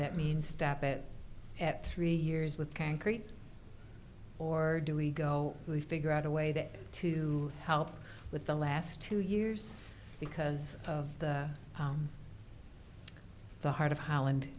that mean step it at three years with concrete or do we go we figure out a way that to help with the last two years because of the heart of holland